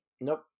Nope